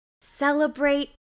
Celebrate